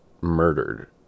murdered